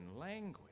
language